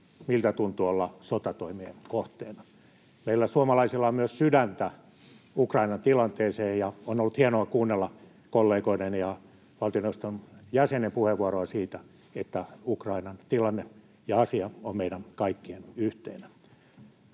miltä tuntuu olla sotatoimien kohteena. Meillä suomalaisilla on myös sydäntä Ukrainan tilanteeseen, ja on ollut hienoa kuunnella kollegoiden ja valtioneuvoston jäsenien puheenvuoroja siitä, että Ukrainan tilanne ja asia on meidän kaikkien yhteinen.